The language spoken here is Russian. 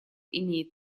имеет